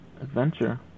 ...adventure